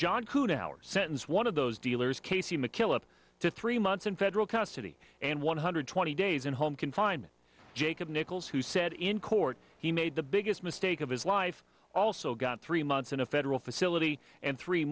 john sentence one of those dealers casey mckillop to three months in federal custody and one hundred twenty days in home confinement jacob nichols who said in court he made the biggest mistake of his life also got three months in a federal facility and three